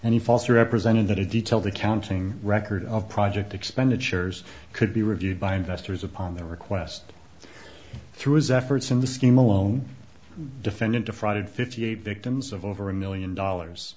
he falls represented that a detailed accounting record of project expenditures could be reviewed by investors upon their request through his efforts in the scheme alone defendant defrauded fifty eight victims of over a million dollars